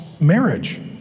marriage